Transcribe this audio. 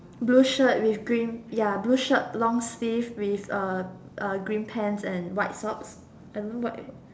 blue shirt with green ya blue shirt long sleeve with uh uh green pants and white socks I don't know what